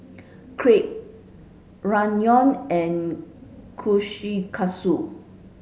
Crepe Ramyeon and Kushikatsu